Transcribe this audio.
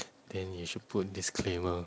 then you should put disclaimer